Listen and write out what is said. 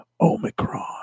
Omicron